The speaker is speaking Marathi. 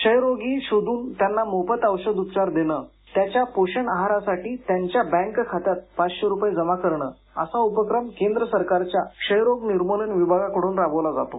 क्षयरोगी शोधून त्यांना मोफत औषधोपचार देण त्यांच्या पोषण आहारासाठी दरमहा त्यांच्या बँक खात्यात पाचशे रूपये जमा करणं असा उपक्रम केंद्र सरकारच्या क्षयरोग निर्मूलन विभागाकडून राबवला जातो